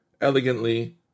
elegantly